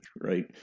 right